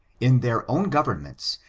in iheir own governments,